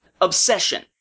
Obsession